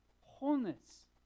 Wholeness